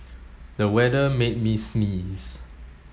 the weather made me sneeze